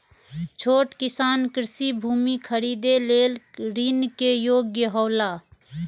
छोट किसान कृषि भूमि खरीदे लेल ऋण के योग्य हौला?